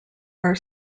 are